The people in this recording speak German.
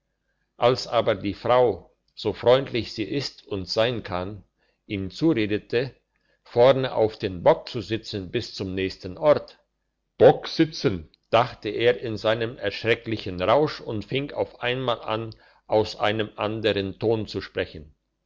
als aber die frau so freundlich sie ist und sein kann ihm zuredete vornen auf den bock zu sitzen bis zum nächsten ort bock sitzen dachte er in seinem erschrecklichen rausch und fing auf einmal an aus einem andern ton zu sprechen